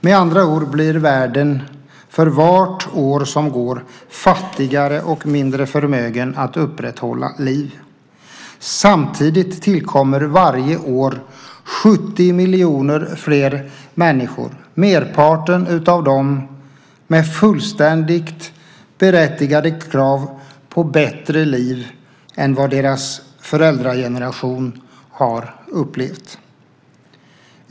Med andra ord blir världen för vart år som går fattigare och mindre förmögen att upprätthålla liv. Samtidigt tillkommer varje år 70 miljoner fler människor, och merparten av dem har fullständigt berättigade krav på ett bättre liv än vad deras föräldrageneration har upplevt.